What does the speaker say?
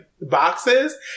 boxes